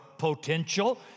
potential